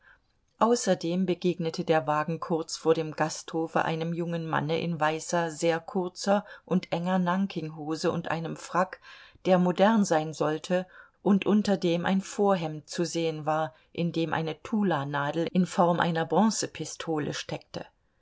außerdem begegnete der wagen kurz vor dem gasthofe einem jungen manne in weißer sehr kurzer und enger nankinghose und einem frack der modern sein sollte und unter dem ein vorhemd zu sehen war in dem eine tulanadel in form einer bronzepistole steckte